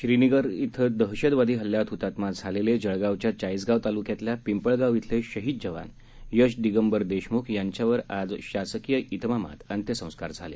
श्रीनगर इथं दहशतवादी हल्ल्यात ह्तात्मा झालेले जळगावच्या चाळीसगाव ताल्क्यातल्या पिंपळगाव इथले शहीद जवान यश दिगंबर देशम्ख यांच्यावर आज शासकीय इतमामात अंत्यसंस्कार करण्यात आले